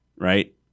right